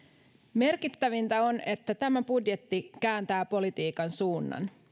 merkittävintä on että tämä budjetti kääntää politiikan suunnan